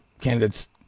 candidates